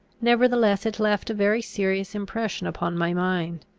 nevertheless, it left a very serious impression upon my mind.